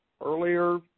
earlier